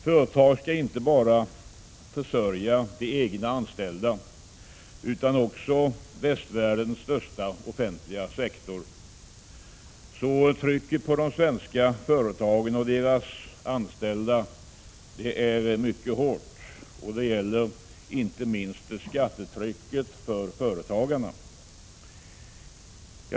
Företag skall inte bara försörja de egna anställda utan också västvärldens största offentliga sektor. Så trycket på de svenska företagen och deras anställda är mycket hårt. Detta gäller inte minst skattetrycket för företagarna.